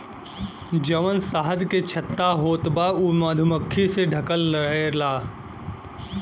जवन शहद के छत्ता होत बा उ मधुमक्खी से ढकल रहेला